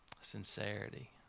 Sincerity